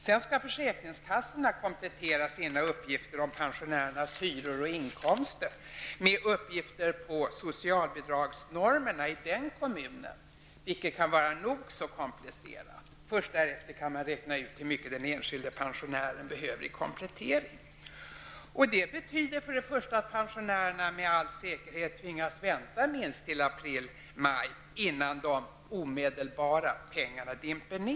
Sedan skall försäkringskassorna komplettera sina uppgifter på pensionärernas hyror och inkomster med uppgifter på socialbidragsnormerna, som kan vara nog så komplicerade innan man kan räkna ut hur mycket den enskilde pensionären behöver i komplettering. Det betyder för det första att pensionärerna med all säkerhet tvingas vänta minst till april---maj innan de ''omedelbara'' pengarna dimper ned.